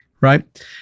right